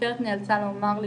החוקרת נאלצה לומר לי,